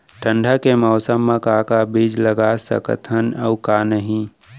ठंडा के मौसम मा का का बीज लगा सकत हन अऊ का नही?